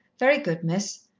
very good, miss,